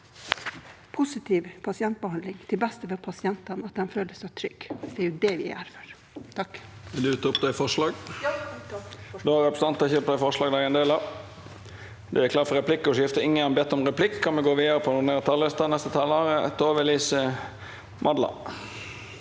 positiv pasientbehandling til beste for pasientene, at de føler seg trygge. Det er jo det vi er her for. Jeg